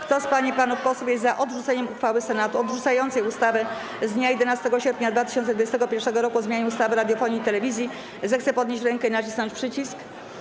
Kto z pań i panów posłów jest za odrzuceniem uchwały Senatu odrzucającej ustawę z dnia 11 sierpnia 2021 r. o zmianie ustawy o radiofonii i telewizji, zechce podnieść rękę i nacisnąć przycisk.